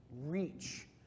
reach